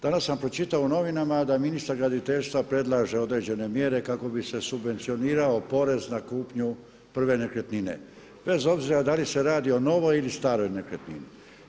Danas sam pročitao u novinama da ministar graditeljstva predlaže određene mjere kako bi se subvencionirao porez na kupnju prve nekretnine, bez obzira da li se radi o novoj ili staroj nekretnini.